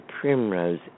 primrose